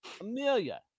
Amelia